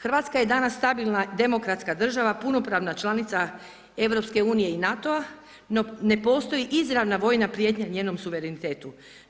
Hrvatska je danas stabilna demokratska država, punopravna članica EU i NATO-a, ne postoji izravna prijetnja njenom suverenitetu.